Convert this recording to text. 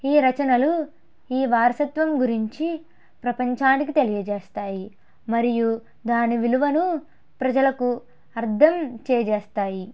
ఈ రచనలు ఈ వారసత్వం గురించి ప్రపంచానికి తెలియజేస్తాయి మరియు దాని విలువను ప్రజలకు అర్ధం చేజేస్తాయి